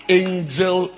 angel